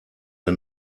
der